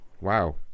Wow